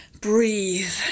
breathe